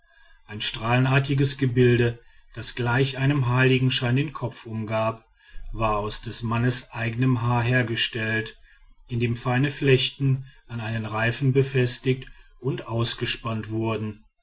ein strahlenartiges gebilde das gleich einem heiligenschein den kopf umgab war aus des mannes eigenem haar hergestellt indem feine flechten an einem reifen befestigt und ausgespannt wurden